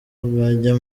bajya